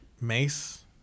Mace